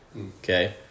Okay